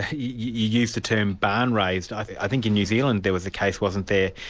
you used the term barn-raised i think in new zealand there was a case, wasn't there,